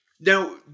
Now